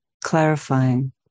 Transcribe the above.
clarifying